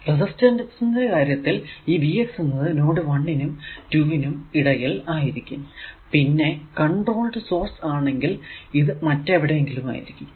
റെസിസ്റ്ററിന്റെ കാര്യത്തിൽ ഈ Vxഎന്നത് നോഡ് 1 നും 2 നും ഇടയിൽ ആയിരിക്കും പിന്നെ കൺട്രോൾഡ് സോഴ്സ് ആണെങ്കിൽ ഇത് മറ്റെവിടെ എങ്കിലും ആയിരിക്കും